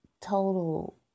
total